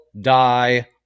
die